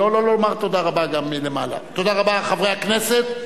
חברי הכנסת,